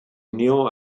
unió